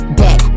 back